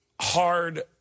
hard